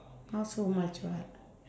not so much [what]